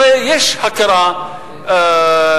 הרי יש הכרה מלאה,